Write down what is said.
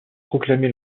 proclamé